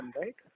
right